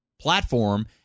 platform